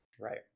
right